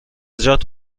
جات